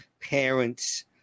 parents